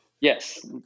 Yes